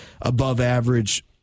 above-average